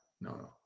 no